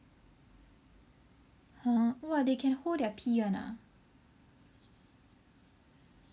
!huh! !wah! they can hold their pee [one] ah